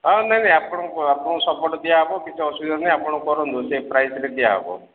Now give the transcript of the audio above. ହଁ ନାହିଁ ନାହିଁ ଆପଣଙ୍କୁ ଆପଣଙ୍କୁ ସପୋର୍ଟ୍ ଦିଆହେବ କିଛି ଅସୁବିଧା ନାହିଁ ଆପଣ କରନ୍ତୁ ସେଇ ପ୍ରାଇସ୍ରେ ଦିଆହେବ